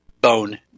bone